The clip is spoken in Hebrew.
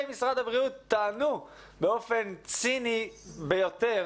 משרד הבריאות טענו באופן ציני ביותר